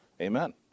Amen